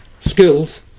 skills